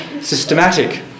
systematic